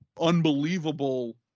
unbelievable